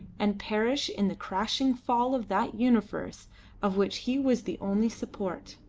and perish in the crashing fall of that universe of which he was the only support.